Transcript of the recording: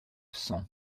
cents